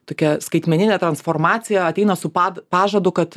tokia skaitmeninė transformacija ateina su pad pažadu kad